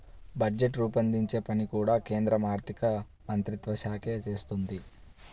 budget రూపొందించే పని కూడా కేంద్ర ఆర్ధికమంత్రిత్వ శాఖే చేస్తుంది